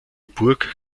burg